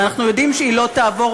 הרי אנחנו יודעים שהיא לא תעבור,